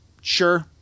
Sure